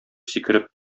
сикереп